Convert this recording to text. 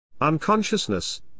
Unconsciousness